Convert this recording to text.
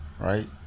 right